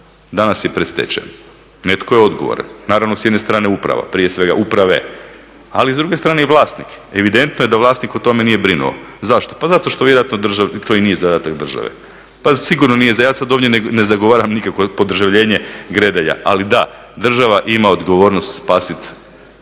danas je pred stečajem. Netko je odgovoran. Naravno s jedne strane uprava, prije svega uprave ali s druge strane i vlasnik. Evidentno je da o tome vlasnik nije brinuo. Zašto? Pa zato što vjerojatno to i nije zadatak države, pa sigurno nije. Ja sada ovdje ne zagovaram nikakvo podržavljenje Gredelja, ali da država ima odgovornost spasiti Gredelj